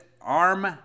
arm